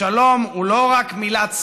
השלום הוא לא רק מילת סרק,